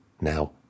Now